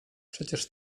przecież